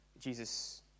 Jesus